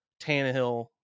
Tannehill